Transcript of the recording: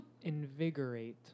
Invigorate